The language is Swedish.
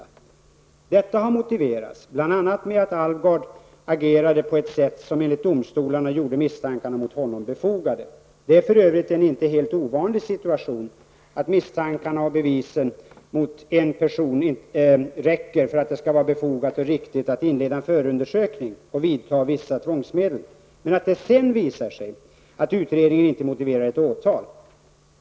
Detta har motiverats med bl.a. att Alvgard har agerat på ett sätt som, enligt domstolarna, gjort misstankarna mot honom befogade. Det är för övrigt inte en helt ovanlig situation att misstankarna och bevisen mot en person räcker till för att det skall vara befogat och riktigt att inleda en förundersökning och vidta vissa tvångsåtgärder, men att det sedan visar sig att utredningen inte motiverar ett åtal.